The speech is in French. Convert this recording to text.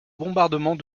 bombardement